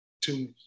two